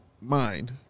mind